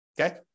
okay